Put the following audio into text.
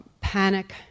panic